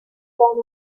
con